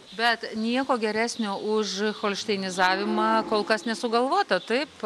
bet nieko geresnio už holšteinizavimą kol kas nesugalvota taip